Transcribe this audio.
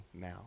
now